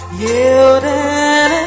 yielding